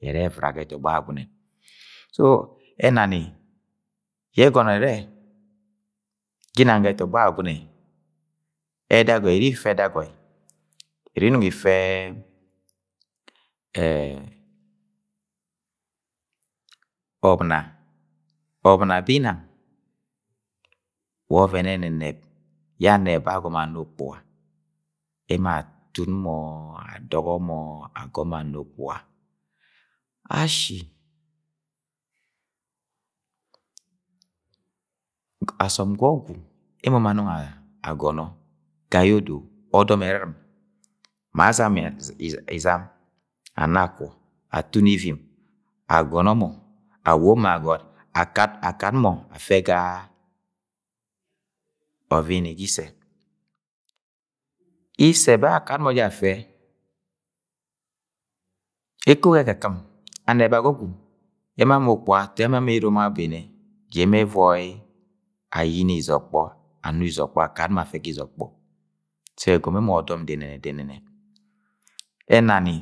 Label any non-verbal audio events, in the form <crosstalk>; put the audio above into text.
Ẹrẹ ẹvira ga ẹtọgbọ Agwagune, so, ẹnani ye ẹgọnọ ẹrẹ ga inang ga ẹtọgbọ Agwagunẹ ẹdagoi iri ifẹ <hesitation> ẹdagọi iri Inong ife <hesitation> ọbuna, ọbuna be Inang wa ọvọn e̱ne̱ne̱b yẹ anẹba agọmọ ana ukpuga emọ atun mọ adọgo mọ ago̱m mọ ana ukpuga ashi asọm ga ọgwu emo ma anọng agọnọ gayeodo ọdọm e erɨrɨm ma azama Izam, ana akwọ, atun ivim, agọnọ mọ, awobo mo agot, akat mọ afẹ ga <unintelligible> Isẹ, Isẹ bẹ akat mo jẹ afe ekogi ẹkɨ kɨm aneba ga ọgwu yẹ emo ama ukpuga ato ye emo ama erom abene ja emo ẹvọi ayine Izọkpọ, anu Izo̱kpo̱ akat mọ afẹ ga Izo̱kpo̱ so ẹgọmọ emo ọdọm dẹnẹnẹ-dẹnẹnẹ ẹnani